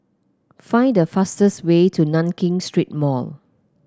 find the fastest way to Nankin Street Mall